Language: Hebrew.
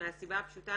מהסיבה הפשוטה